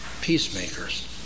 peacemakers